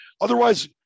Otherwise